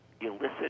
illicit